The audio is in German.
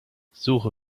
suche